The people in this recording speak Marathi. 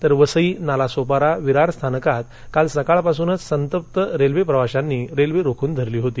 तर वसई नालासोपारा विरार स्थानकात काल सकाळपासूनच संतप्त रखिक्रवाशांनी रखिक् रोखून धरली होती